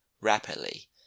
rapidly